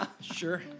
Sure